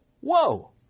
Whoa